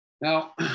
Now